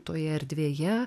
toje erdvėje